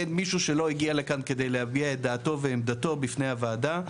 אין מישהו שלא הגיע לכאן כדי להביע את דעתו ועמדתו בפני הוועדה,